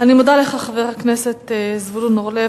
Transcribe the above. אני מודה לך, חבר הכנסת זבולון אורלב.